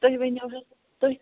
تُہۍ ؤنِو حظ تُہۍ